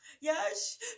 Yes